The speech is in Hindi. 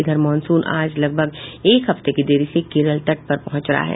इधर मॉनसून आज लगभग एक हफ्ते की देरी से केरल तट पर पहुंच रहा है